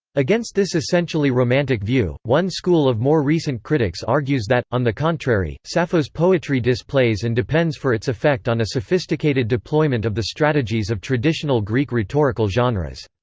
against this essentially romantic view, one school of more recent critics argues that, on the contrary, sappho's poetry displays and depends for its effect on a sophisticated deployment of the strategies of traditional greek rhetorical genres.